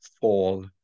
fall